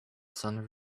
sun